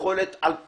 יכולת על פיהם.